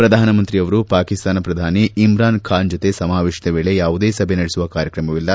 ಪ್ರಧಾನಮಂತ್ರಿಯವರು ಪಾಕಿಸ್ತಾನ ಪ್ರಧಾನಿ ಇಮ್ರಾನ್ ಖಾನ್ ಜೊತೆ ಸಮಾವೇಶದ ವೇಳೆ ಯಾವುದೆ ಸಭೆ ನಡೆಸುವ ಕಾರ್ಯಕ್ರಮವಿಲ್ಲ